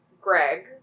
Greg